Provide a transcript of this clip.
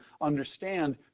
understand